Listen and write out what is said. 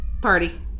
party